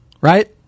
Right